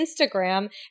Instagram